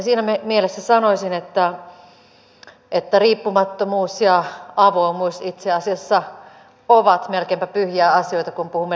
siinä mielessä sanoisin että riippumattomuus ja avoimuus itse asiassa ovat melkeinpä pyhiä asioita kun puhumme demokratiasta